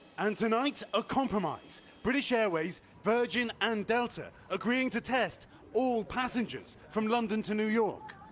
and tonight a compromise british airways, virgin and delta agreeing to test all passengers from london to new york.